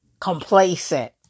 complacent